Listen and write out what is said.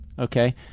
Okay